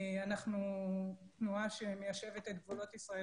אנחנו תנועה שמיישבת את גבולות ישראל